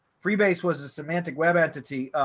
freebase was a semantic web entity,